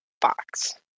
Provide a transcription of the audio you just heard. box